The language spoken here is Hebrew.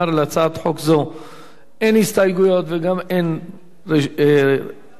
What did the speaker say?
אין הסתייגויות וגם אין בקשה לרשות דיבור.